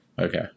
okay